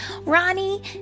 Ronnie